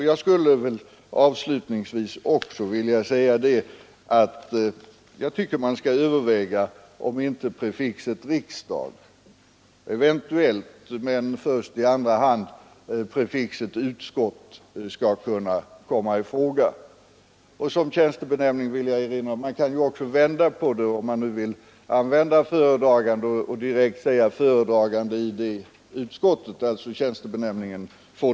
Avslutningsvis tycker jag att man skall överväga om inte prefixet riksdag i första hand och prefixet utskott i andra hand skall kunna komma i fråga. Man kan också vända på det och använda ordet föredragande i respektive utskott.